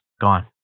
gone